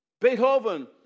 Beethoven